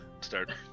start